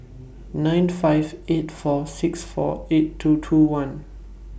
nine five eight four six four eight two two one